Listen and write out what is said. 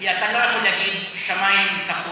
כי אתה לא יכול להגיד שמיים כחול.